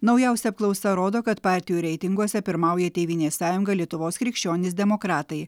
naujausia apklausa rodo kad partijų reitinguose pirmauja tėvynės sąjunga lietuvos krikščionys demokratai